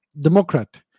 democrat